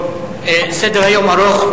סדר-היום ארוך,